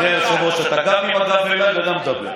אתה גם עם הגב אליי ואתה גם מדבר.